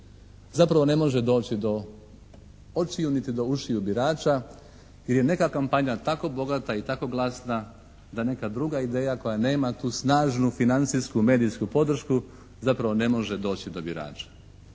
zapravo ne može doći do očiju, niti do ušiju birača jer je neka kampanja tako bogata i tako glasna da neka druga ideja koja nema tu snažnu, financijsku medijsku podršku zapravo ne može doći do birača.